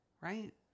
right